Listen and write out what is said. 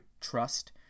trust